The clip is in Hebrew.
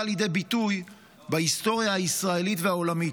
לידי ביטוי בהיסטוריה הישראלית והעולמית.